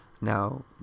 Now